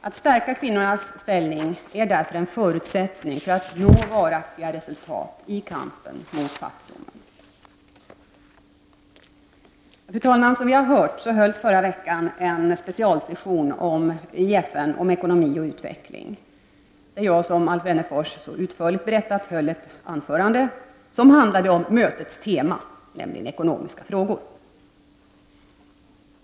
Att stärka kvinnornas ställning är därför en förutsättning för att man skall nå varaktiga resultat i kampen mot fattigdom. Fru talman! Som vi har hört hölls förra veckan en specialsession i FN om ekonomi och utveckling. Och som Alf Wennerfors utförligt berättat höll jag där ett anförande som handlade om mötets tema, nämligen ekonomiska frågor.